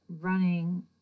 running